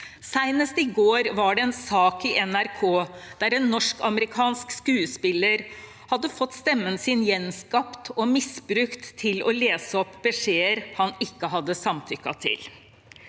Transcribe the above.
Senest i går var det en sak i NRK der en norsk-amerikansk skuespiller hadde fått stemmen sin gjenskapt og misbrukt til å lese opp beskjeder han ikke hadde samtykket til.